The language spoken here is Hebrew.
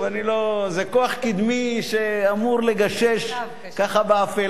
זה כוח קדמי שאמור לגשש ככה באפלה.